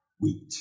wheat